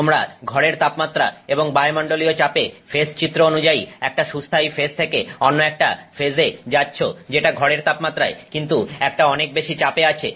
তোমরা ঘরের তাপমাত্রা এবং বায়ুমন্ডলীয় চাপে ফেজ চিত্র অনুযায়ী একটা সুস্থায়ী ফেজ থেকে অন্য একটা ফেজে যাচ্ছ যেটা ঘরের তাপমাত্রায় কিন্তু একটা অনেক বেশি চাপে আছে